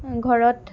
ঘৰত